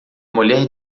mulher